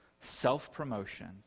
self-promotion